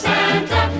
Santa